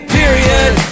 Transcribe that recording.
period